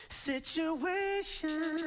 situation